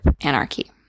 anarchy